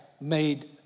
made